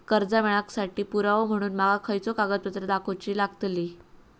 कर्जा मेळाक साठी पुरावो म्हणून माका खयचो कागदपत्र दाखवुची लागतली?